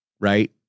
Right